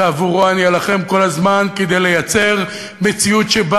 ועבורו אני אלחם כל הזמן כדי לייצר מציאות שבה